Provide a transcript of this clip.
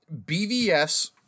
BVS